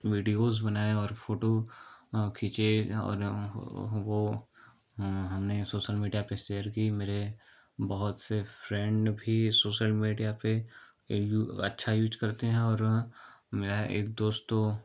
videos बनाए और photo खींचे और वह ह हमने सोसल मीडिया पर सेयर की मेरे बहुत से फ़्रेंड भी सोसल मीडिया पर हैं अच्छा यूज करते हैं और मेरा एक दोस्त तो